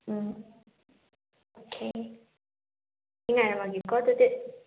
ꯎꯝ ꯑꯣꯈꯦ ꯑꯩ ꯉꯥꯏꯔꯝꯃꯒꯦꯀꯣ ꯑꯗꯨꯗꯤ